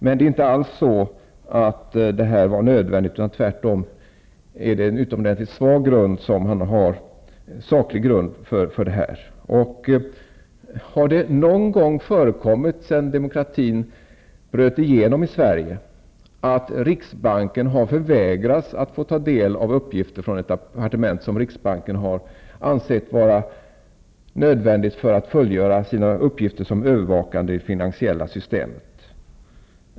Men det här var inte alls nödvändigt, utan tvärtom är det en utomordentligt svag saklig grund. Har det någon gång förekommit sedan demokratin bröt igenom i Sve rige att riksbanken har förvägrats att få ta del av sådana uppgifter från ett departement som riksbanken ansett vara nödvändiga för att kunna fullgöra sin uppgift som övervakare av det finansiella systemet?